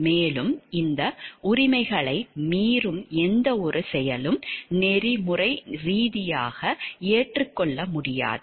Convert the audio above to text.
மேலும் இந்த உரிமைகளை மீறும் எந்தவொரு செயலும் நெறிமுறை ரீதியாக ஏற்றுக்கொள்ள முடியாதது